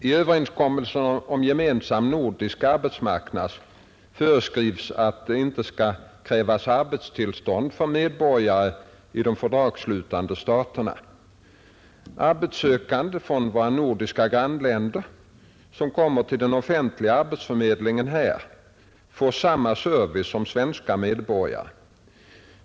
I överenskommelsen om gemensam nordisk arbetsmarknad föreskrivs att det inte skall krävas arbetstillstånd för medborgare i de fördragsslutande staterna. Arbetssökande från våra nordiska grannländer, som kommer till den offentliga arbetsförmedlingen här, får samma service som svenska medborgare.